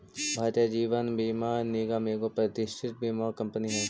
भारतीय जीवन बीमा निगम एगो प्रतिष्ठित बीमा कंपनी हई